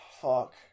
Fuck